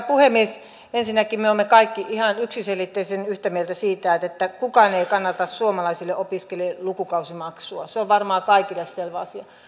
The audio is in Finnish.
puhemies ensinnäkin me olemme kaikki ihan yksiselitteisen yhtä mieltä siitä että että kukaan ei kannata suomalaisille opiskelijoille lukukausimaksua se on varmaan kaikille selvä asia